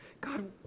God